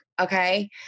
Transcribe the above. okay